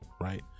Right